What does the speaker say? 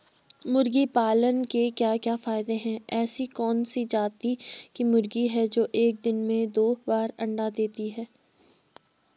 मुर्गी पालन के क्या क्या फायदे हैं ऐसी कौन सी जाती की मुर्गी है जो एक दिन में दो बार अंडा देती है?